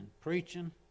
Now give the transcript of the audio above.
preaching